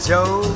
Joe